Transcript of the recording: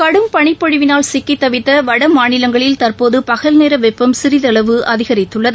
கடும் பனிப்பொழிவினால் சிக்கித் தவித்தவடமாநிலங்களில் தற்போதுபகல்நேரவெப்பம் சிறிதளவு அதிகரித்துள்ளது